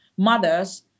mothers